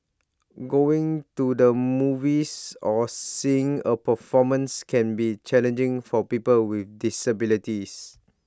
going to the movies or seeing A performance can be challenging for people with disabilities